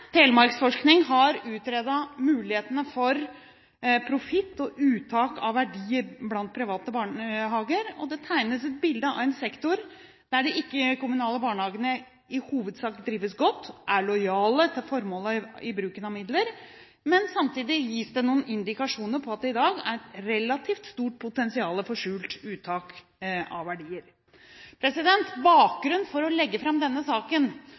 Telemarksforsking har utredet mulighetene for profitt og uttak av verdier blant private barnehager, og det tegnes et bilde av en sektor der de ikke-kommunale barnehagene i hovedsak drives godt og er lojale til formålet i bruken av midler. Men samtidig gis det noen indikasjoner på at det i dag er relativt stort potensial for skjult uttak av verdier. Bakgrunnen for at vi legger fram denne